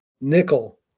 Nickel